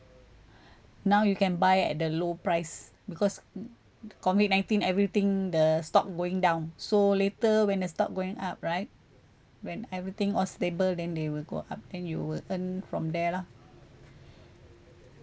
now you can buy at the low price because mm COVID nineteen everything the stock going down so later when the stock going up right when everything all stable then they will go up then you will earn from there lah